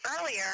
earlier